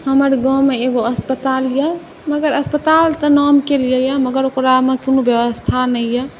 हमर गाममे एगो अस्पताल अइ मगर अस्पताल तऽ नामकेलिए अइ मगर ओकरामे कोनो बेबस्था नहि अइ